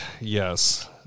yes